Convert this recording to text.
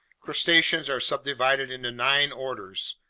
crustaceans are subdivided into nine orders,